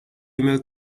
email